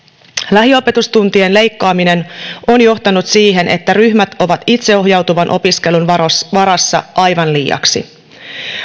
lähiopetustuntien leikkaaminen on johtanut siihen että ryhmät ovat itseohjautuvan opiskelun varassa varassa aivan liiaksi